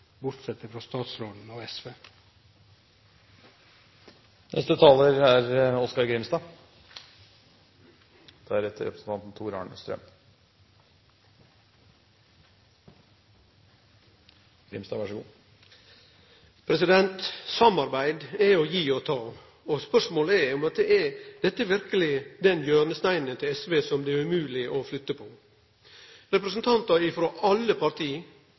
bortsett frå statsråden og SV. Samarbeid er å gi og ta. Spørsmålet er om dette verkeleg er den hjørnesteinen i SV som det er umogleg å flytte på. Representantar frå alle parti,